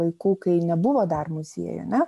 laikų kai nebuvo dar muziejų ne